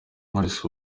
knowless